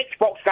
Xbox